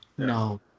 No